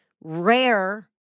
rare